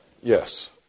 Yes